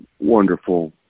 wonderful